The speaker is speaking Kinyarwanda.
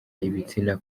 ibitsina